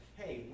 hey